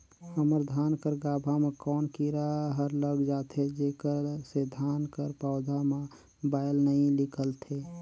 हमर धान कर गाभा म कौन कीरा हर लग जाथे जेकर से धान कर पौधा म बाएल नइ निकलथे?